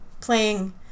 playing